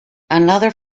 another